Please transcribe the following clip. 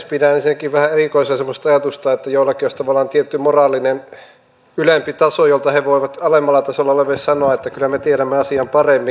pidän ensinnäkin vähän erikoisena semmoista ajatusta että joillakin olisi tavallaan tietty moraalinen ylempi taso jolta he voivat alemmalla tasolla oleville sanoa että kyllä me tiedämme asian paremmin